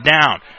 down